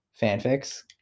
fanfics